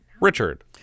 Richard